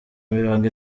mirongo